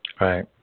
Right